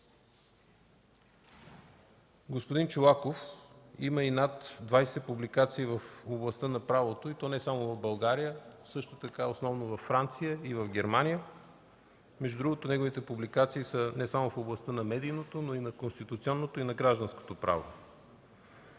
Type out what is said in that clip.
Господин Чолаков има и над 20 публикации в областта на правото, и то не само в България, но основно във Франция и в Германия. Между другото неговите публикации са не само в областта на медийното, но и на конституционното и гражданско право.